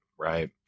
Right